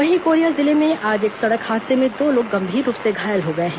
वहीं कोरिया जिले में आज एक सड़क हादसे में दो लोग गंभीर रूप से घायल हो गए हैं